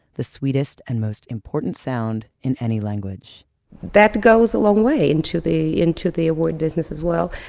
the sweetest and most important sound in any language that goes a long way into the into the award business, as well,